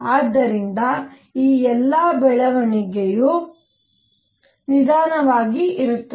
ಆದ್ದರಿಂದ ಈ ಎಲ್ಲಾ ಬೆಳವಣಿಗೆಯು ನಿಧಾನವಾಗಿ ಇರುತ್ತದೆ